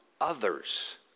others